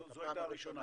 זו הפעם הראשונה.